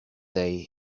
day